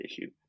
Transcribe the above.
issue